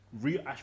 real